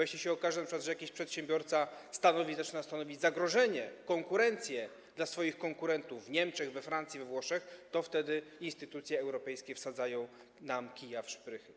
Jeżeli się okaże, że np. jakiś przedsiębiorca zaczyna stanowić zagrożenie, konkurencję dla swoich konkurentów w Niemczech, we Francji, we Włoszech, to wtedy instytucje europejskie wsadzają nam kij w szprychy.